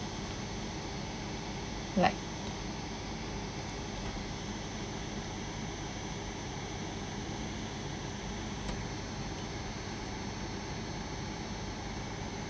like